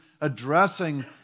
addressing